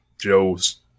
Joe's